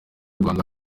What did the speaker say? rwanda